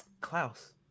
Klaus